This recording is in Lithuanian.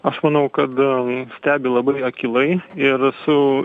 aš manau kad stebi labai akylai ir su